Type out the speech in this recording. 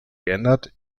geändert